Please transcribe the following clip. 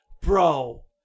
bro